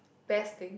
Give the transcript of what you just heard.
best thing